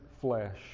flesh